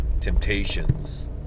temptations